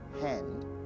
hand